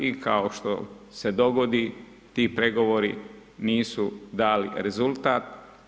I kao što se dogodi ti pregovori nisu dali rezultat.